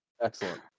Excellent